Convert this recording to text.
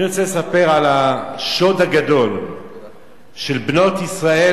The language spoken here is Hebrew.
אני רוצה לספר על השוד הגדול של בנות ישראל,